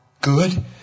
good